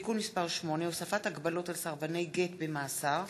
(תיקון מס' 8) (הוספת הגבלות על סרבני גט במאסר),